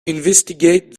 investigated